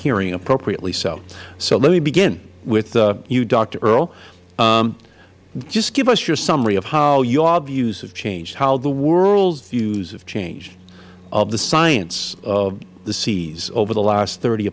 hearing appropriately so so let me begin with you doctor earle just give us your summary of how your views have changed how the world's views have changed of the science of the seas over the last thirty